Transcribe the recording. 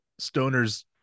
stoners